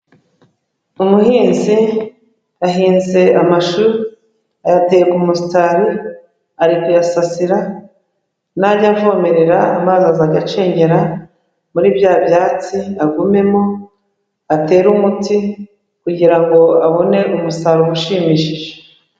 Umuhinzi yahinze amashu, ayatera ku musitari, ari kuyasasira najya avomerera amazi azajya acengera muri bya byatsi agumemo, atere umuti kugira ngo abone umusaruro ushimishije.